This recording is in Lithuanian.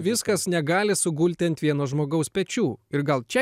viskas negali sugulti ant vieno žmogaus pečių ir gal čia